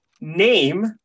Name